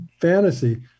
fantasy